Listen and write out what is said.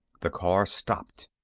the car stopped.